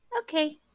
Okay